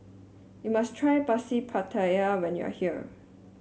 you must try pasi pattaya when you are here